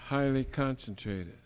highly concentrated